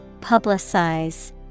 Publicize